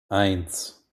eins